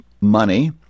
money